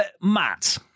Matt